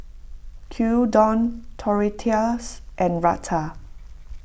Gyudon Tortillas and Raita